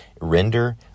render